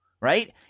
Right